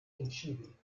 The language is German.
entschieden